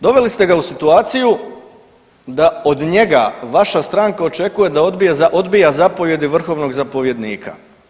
Doveli ste ga u situaciju da od njega vaša stranka očekuje da odbija zapovijedi vrhovnog zapovjednika.